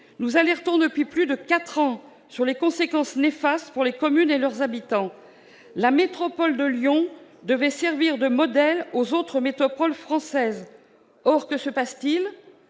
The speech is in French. Nous alertons depuis plus de quatre ans sur les conséquences néfastes pour les communes et leurs habitants. La métropole de Lyon devait servir de modèle aux autres métropoles françaises. Or que se passe-t-il ?